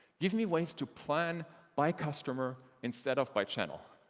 give me ways to plan by customer instead of by channel.